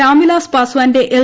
രാംവിലാസ് പാസ്വാന്റെ ് എൽ